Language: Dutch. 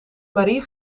marie